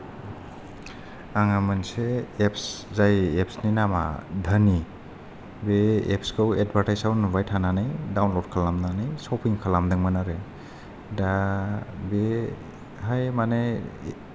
आङो मोनसे एफस जाय एफसनि नामआ धोनि बे एफसखौ एतबाथाइसाव नुबाय थानानै डाउनल'ड खालामनानै सफिं खालामदोंमोन आरो दा बेहाय माने